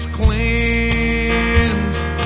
cleansed